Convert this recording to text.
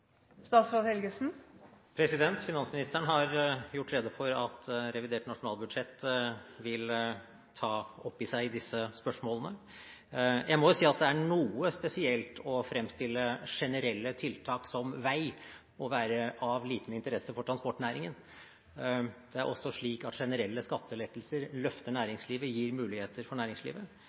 Finansministeren har gjort rede for at revidert nasjonalbudsjett vil ta opp i seg disse spørsmålene. Jeg må si at det er noe spesielt å fremstille generelle tiltak som vei som å være av liten interesse for transportnæringen. Det er også slik at generelle skattelettelser løfter næringslivet og gir muligheter for næringslivet.